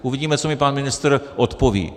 Uvidíme, co mi pan ministr odpoví.